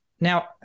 Now